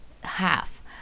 half